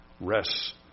rests